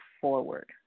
forward